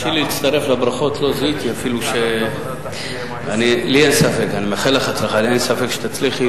אנחנו נקבל החלטות, אבל אני כבר יכול